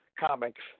comics